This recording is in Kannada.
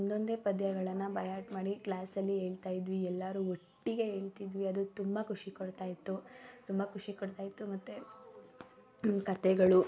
ಒಂದೊಂದೇ ಪದ್ಯಗಳನ್ನು ಬೈ ಹಾರ್ಟ್ ಮಾಡಿ ಕ್ಲಾಸಲ್ಲಿ ಹೇಳ್ತಾಯಿದ್ವಿ ಎಲ್ಲರೂ ಒಟ್ಟಿಗೆ ಹೇಳ್ತಿದ್ವಿ ಅದು ತುಂಬ ಖುಷಿ ಕೊಡ್ತಾಯಿತ್ತು ತುಂಬ ಖುಷಿ ಕೊಡ್ತಾಯಿತ್ತು ಮತ್ತು ಕಥೆಗಳು